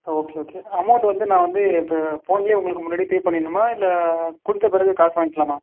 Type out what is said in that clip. okay okay amount வந்து நான் வந்து இப்போ ஃபோன்லேயே உங்களுக்கு முன்னாடியே பே பண்ணிடணுமா இல்லை கொடுத்த பிறகு காசு வாங்கிகலாமா